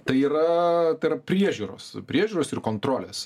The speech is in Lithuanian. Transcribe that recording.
tai yra tai yra priežiūros priežiūros ir kontrolės